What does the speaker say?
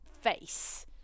face